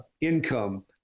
income